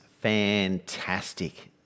fantastic